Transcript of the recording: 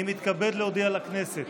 אני מתכבד להודיע לכנסת